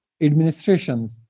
administrations